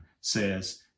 says